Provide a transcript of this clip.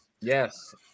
yes